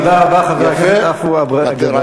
תודה רבה לחבר הכנסת עפו אגבאריה,